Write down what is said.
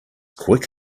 quick